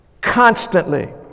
Constantly